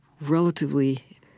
relatively